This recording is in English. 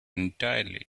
entirely